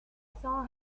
saw